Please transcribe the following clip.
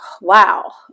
wow